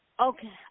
Okay